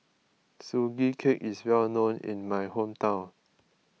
Sugee Cake is well known in my hometown